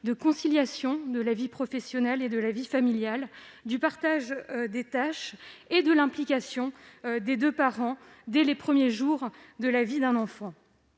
la conciliation entre la vie professionnelle et la vie familiale, du partage des tâches ou de l'implication des deux parents, dès les premiers jours de la vie de l'enfant.